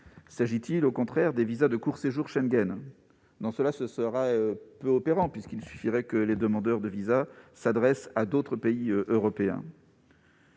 S'agit-il au contraire des visas de court séjour Schengen ? Dans ce cas, ce serait peu opérant, puisqu'il suffirait que les demandeurs de visas s'adressent à d'autres pays européens.